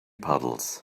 puddles